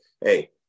hey